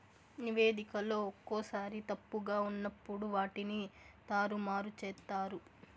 నివేదికలో ఒక్కోసారి తప్పుగా ఉన్నప్పుడు వాటిని తారుమారు చేత్తారు